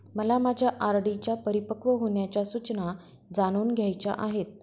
मला माझ्या आर.डी च्या परिपक्व होण्याच्या सूचना जाणून घ्यायच्या आहेत